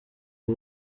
w’u